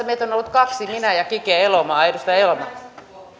meitä on on ollut tässä kaksi minä ja edustaja kike elomaa